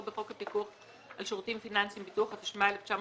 בחוק הפיקוח על שירותים פיננסיים (ביטוח) התשמ"א-1981,